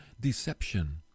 deception